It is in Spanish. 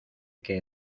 que